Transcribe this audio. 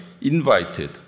invited